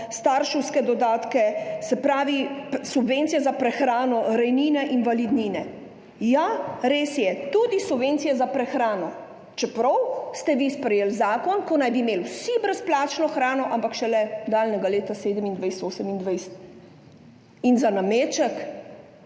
starševske dodatke, subvencije za prehrano, rejnine, invalidnine. Ja, res je, tudi subvencije za prehrano. Čeprav ste vi sprejeli zakon, po katerem naj bi imeli vsi brezplačno hrano, ampak šele daljnega leta 2027, 2028. In za nameček